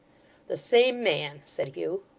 the same man said hugh.